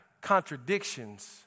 contradictions